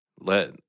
let